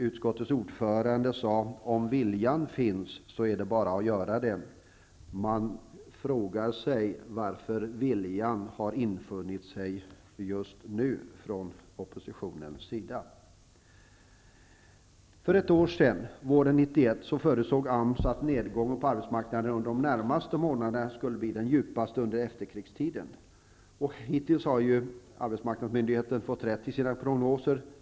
Utskottets ordförande sade att om viljan finns är det bara att göra vad som skall göras. Varför har viljan infunnit sig just nu från oppositionens sida? För ett år sedan, våren 1991, förutsåg AMS att nedgången på arbetsmarknaden under de närmaste månaderna skulle bli den djupaste under efterkrigstiden. Hittills har arbetsmarknadsmyndigheten fått rätt i sina prognoser.